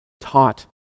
taught